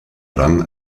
rang